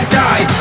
die